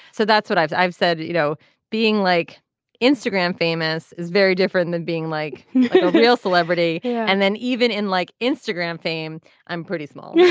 so that's what i've i've said you know being like instagram famous is very different than being like a real celebrity yeah and then even in like instagram fame i'm pretty small yeah